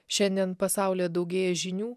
šiandien pasaulyje daugėja žinių